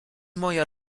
moja